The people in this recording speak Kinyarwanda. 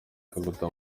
kaguta